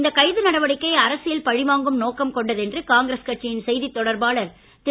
இந்த கைது நடவடிக்கை அரசியல் பழிவாங்கும் நோக்கம் கொண்டது என்று காங்கிரஸ் கட்சியின் செய்தி தொடர்பாளார் திரு